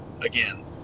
Again